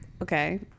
Okay